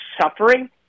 suffering